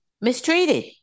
mistreated